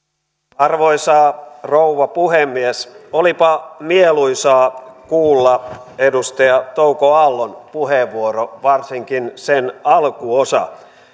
arvoisa rouva puhemies olipa mieluisaa kuulla edustaja touko aallon puheenvuoro varsinkin sen alkuosa